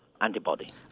antibody